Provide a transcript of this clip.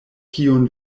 kiun